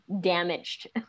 damaged